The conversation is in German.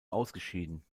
ausgeschieden